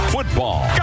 Football